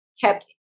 kept